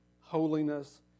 holiness